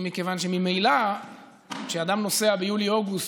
מכיוון שממילא כשאדם נוסע ביולי-אוגוסט,